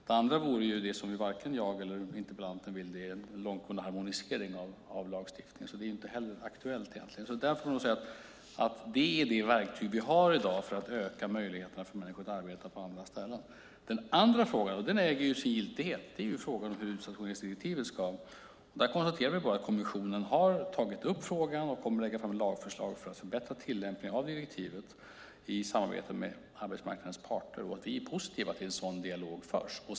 Det andra vore det som varken jag eller interpellanten vill, nämligen en långtgående harmonisering av lagstiftningen. Det är inte heller aktuellt. Det är de verktyg vi har i dag för att öka möjligheterna för människor att arbeta på andra ställen. Den andra frågan, och den äger sin giltighet, gäller utstationeringsdirektivet. Där konstaterar vi bara att kommissionen har tagit upp frågan och att vi kommer att lägga fram ett lagförslag för att förbättra tillämpningen av direktivet i samarbete med arbetsmarknadens parter. Vi är positiva till att en sådan dialog förs.